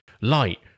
Light